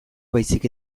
baizik